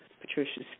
Patricia